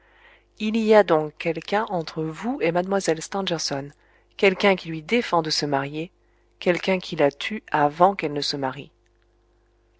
il y a donc quelqu'un entre vous et mlle stangerson quelqu'un qui lui défend de se marier quelqu'un qui la tue avant qu'elle ne se marie